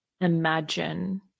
imagine